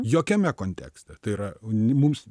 jokiame kontekste tai yra uni mums